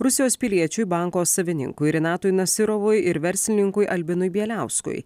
rusijos piliečiui banko savininkui rinatui nasyrovui ir verslininkui albinui bieliauskui